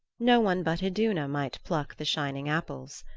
no one but iduna might pluck the shining apples.